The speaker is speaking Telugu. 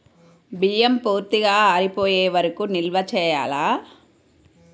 బియ్యం పూర్తిగా ఆరిపోయే వరకు నిల్వ చేయాలా?